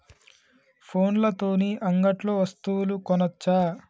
ఫోన్ల తోని అంగట్లో వస్తువులు కొనచ్చా?